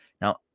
Now